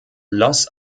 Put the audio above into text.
los